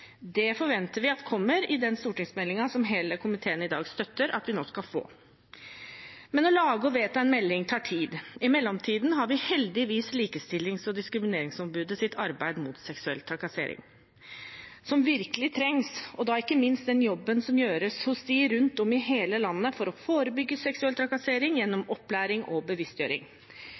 Det forventer vi kommer i den stortingsmeldingen som hele komiteen i dag støtter at vi nå skal få. Men å lage og vedta en melding tar tid. I mellomtiden har vi heldigvis Likestillings- og diskrimineringsombudets arbeid mot seksuell trakassering, som virkelig trengs, og ikke minst den jobben som gjøres rundt om i hele landet for å forebygge seksuell trakassering gjennom opplæring og bevisstgjøring.